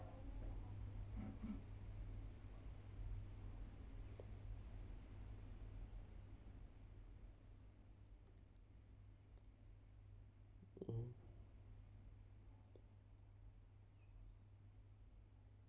mm